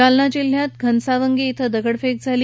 जालना जिल्ह्यात घनसावंगी इथं दगडफेक झाली